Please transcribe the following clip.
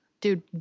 dude